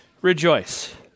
rejoice